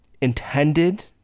intended